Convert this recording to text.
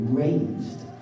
raised